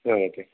भवतु